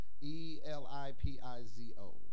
E-L-I-P-I-Z-O